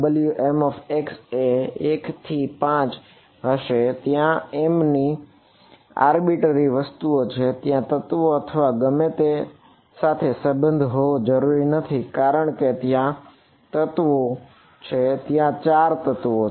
Wmx એ 1 થી 5 હશે જ્યાં m એ આર્બિટરી વસ્તુ છે તત્વો અથવા ગમે તે સાથે સંબંધ હોવો જરૂરી નથી કારણ કે ત્યાં કેટલા તત્વો છે ત્યાં 4 તત્વો છે